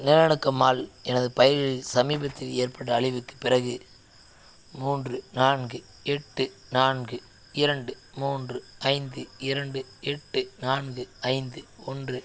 நிலநடுக்கம் ஆல் எனது பயிர்களில் சமீபத்தில் ஏற்பட்ட அழிவுக்குப் பிறகு மூன்று நான்கு எட்டு நான்கு இரண்டு மூன்று ஐந்து இரண்டு எட்டு நான்கு ஐந்து ஒன்று